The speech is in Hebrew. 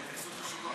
זו התייחסות חשובה.